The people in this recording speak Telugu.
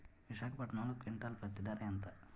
విశాఖపట్నంలో క్వింటాల్ పత్తి ధర ఎంత?